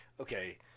okay